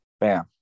bam